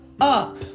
up